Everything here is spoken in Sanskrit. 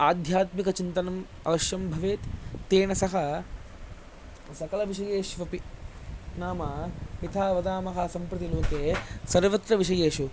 आध्यात्मिकचिन्तनम् अवश्यं भवेत् तेन सह सकलविषयेष्वपि नाम यथा वदामः सम्प्रतिलोके सर्वत्र विषयेषु